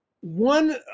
One